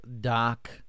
doc